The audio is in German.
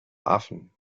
affen